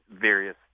various